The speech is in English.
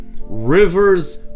rivers